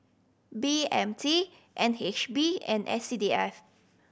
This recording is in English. B M T N H B and S C D F